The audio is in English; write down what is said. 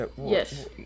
Yes